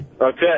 Okay